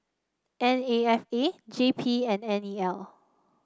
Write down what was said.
N A F A J P and N E L